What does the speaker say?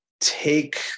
take